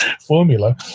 formula